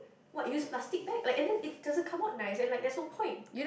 what use plastic bag like and then it doesn't come out nice and like there's no point